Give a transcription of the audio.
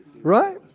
right